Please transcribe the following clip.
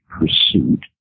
pursuit